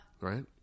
right